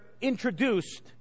introduced